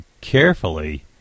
carefully